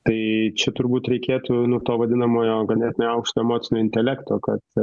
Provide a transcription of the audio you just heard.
tai čia turbūt reikėtų nuo to vadinamojo ganėtinai aukšto emocinio intelekto kad